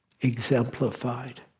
exemplified